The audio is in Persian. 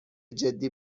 جدی